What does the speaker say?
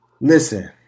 listen